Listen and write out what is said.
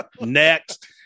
Next